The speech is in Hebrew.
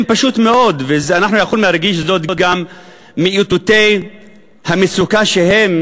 אנחנו יכולים להרגיש זאת גם מאיתותי המצוקה שהם